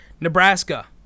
Nebraska